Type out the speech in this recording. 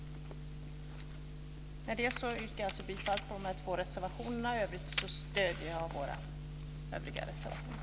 Med detta yrkar jag alltså bifall till de här två reservationerna. I övrigt stöder jag våra övriga reservationer.